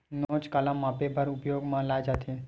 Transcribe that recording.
नोच काला मापे बर उपयोग म लाये जाथे?